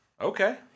Okay